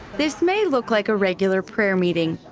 this may look like a regular prayer meeting,